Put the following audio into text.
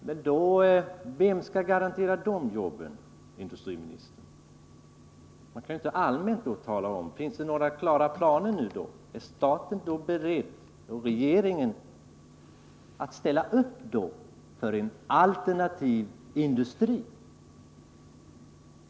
Men vem skall garantera de jobben, herr industriminister? Man kan ju inte bara allmänt tala om detta. Finns det några klara planer? Ä regeringen beredd att ställa upp för en alternativ industri?